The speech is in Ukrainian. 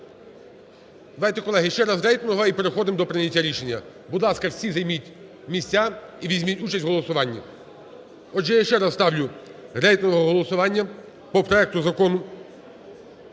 Давайте колеги, ще раз рейтингове і переходимо до прийняття рішення, будь ласка, всі займіть місця і візьміть участь в голосуванні. Отже, я ще раз ставлю рейтингове голосування по проекту Закону